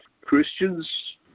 Christians